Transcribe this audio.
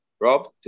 Rob